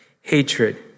hatred